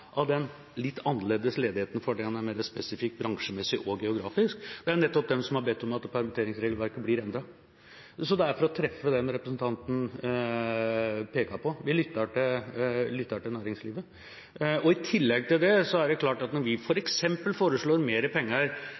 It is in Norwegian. av den ledigheten som er litt annerledes fordi den er mer spesifikk bransjemessig og geografisk, som har bedt om at permitteringsregelverket blir endret. Så det er for å treffe dem representanten peker på. Vi lytter til næringslivet. I tillegg til det er det klart at når vi f.eks. foreslår mer penger